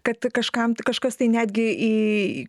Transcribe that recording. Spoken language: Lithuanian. kad kažkam kažkas tai netgi į